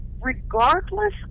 regardless